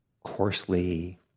coarsely